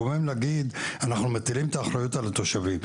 זה מקומם להגיד שאנחנו מטילים את האחריות על התושבים,